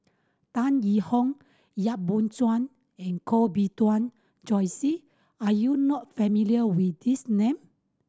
Tan Yee Hong Yap Boon Chuan and Koh Bee Tuan Joyce are you not familiar with these name